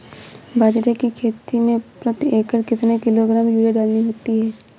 बाजरे की खेती में प्रति एकड़ कितने किलोग्राम यूरिया डालनी होती है?